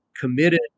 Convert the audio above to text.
committed